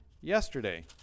Yesterday